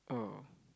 oh